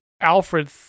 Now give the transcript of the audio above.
Alfred